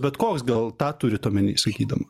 bet koks gal tą turit omeny sakydama